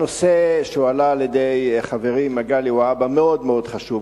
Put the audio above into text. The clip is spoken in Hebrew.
הנושא שהועלה על-ידי חברי מגלי והבה מאוד מאוד חשוב,